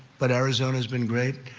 but arizona has been great.